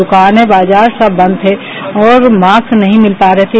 दुकानों बाजार सब बंद थे और मास्क नहीं मिल पा रहे थे